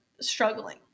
struggling